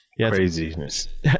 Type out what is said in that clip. Craziness